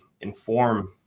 inform